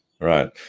right